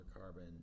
carbon